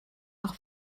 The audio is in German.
auch